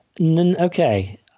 Okay